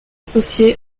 associé